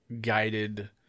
guided